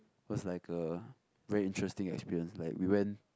was like a very interesting experience like we went